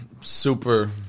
super